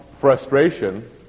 frustration